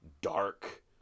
dark